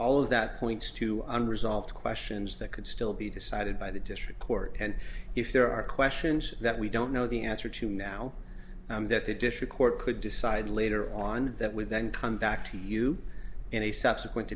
all of that points to under a solved questions that could still be decided by the district court and if there are questions that we don't know the answer to now that the district court could decide later on that with then come back to you in a subsequent